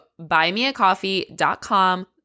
buymeacoffee.com